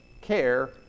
care